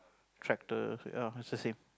tractor oh it's the same